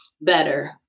better